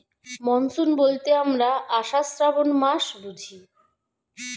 monsoon বলতে আমরা আষাঢ়, শ্রাবন মাস বুঝি